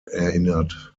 erinnert